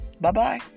Bye-bye